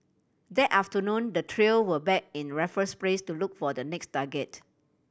that afternoon the trio were back in Raffles Place to look for the next target